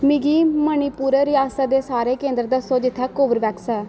मिगी मणिपुर रियासत दे सारे केंदर दस्सो जित्थै कोर्बवैक्स ऐ